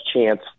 chance